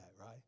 right